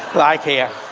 like here.